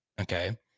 okay